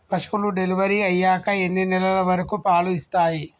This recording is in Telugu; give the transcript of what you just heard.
పశువులు డెలివరీ అయ్యాక ఎన్ని నెలల వరకు పాలు ఇస్తాయి?